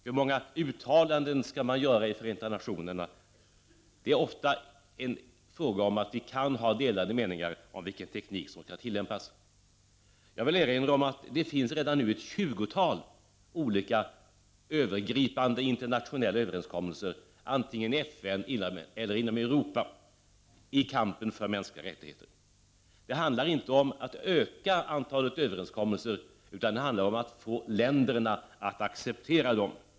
Hur många uttalanden skall man göra i Förenta nationerna? Ofta är det fråga om att vi kan ha delade meningar om vilken teknik som skall tillämpas. Jag vill erinra om att det redan nu finns ett tjugotal olika övergripande internationella överenskommelser antingen i FN eller inom Europa i fråga om kampen för mänskliga rättigheter. Det handlar inte om att öka antalet överenskommelser, utan det handlar om att få länderna att acceptera dessa.